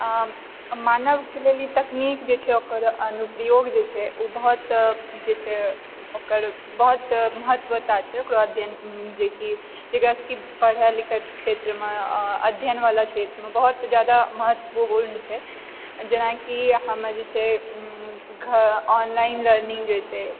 आ मानवकऽ लेल ई तकनीक जे छै ओकर अनुप्रयोग जे छै ओ बहुत जे छै ओकर बहुत महत्वतता छै ओकर अध्ययन जेकि जेकरासँ कि पढ़य लिखयकऽ क्षेत्रमऽ आ अध्ययनबला क्षेत्रमऽ बहुत जादा महत्वपूर्ण छै जेनाकि हम जे छै घऽ ऑनलाइन लर्निङ्ग जे छै